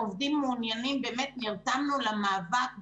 נרתמנו למאבק בקורונה.